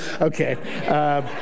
Okay